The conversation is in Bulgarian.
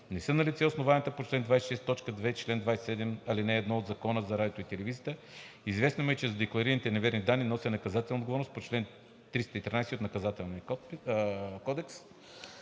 Не са налице основанията по чл. 26, т. 2 и чл. 27, ал. 1 от Закона за радиото и телевизията. Известно ми е, че за декларирани неверни данни нося наказателна отговорност по чл. 313 от Наказателния кодекс.